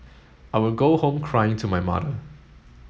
I would go home crying to my mother